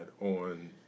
on